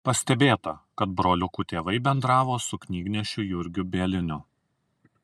pastebėta kad broliukų tėvai bendravo su knygnešiu jurgiu bieliniu